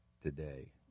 today